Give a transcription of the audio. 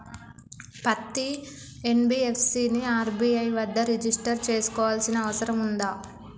పత్తి ఎన్.బి.ఎఫ్.సి ని ఆర్.బి.ఐ వద్ద రిజిష్టర్ చేసుకోవాల్సిన అవసరం ఉందా?